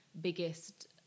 biggest